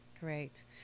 Great